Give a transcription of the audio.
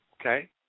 Okay